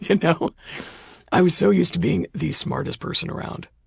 you know i was so used to being the smartest person around